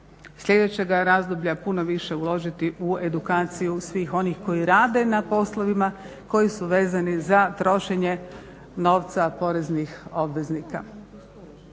sljedećega razdoblja puno više uložiti u edukaciju svih onih koji rade na poslovima, koji su vezani za trošenje novca poreznih obveznika.